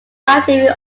active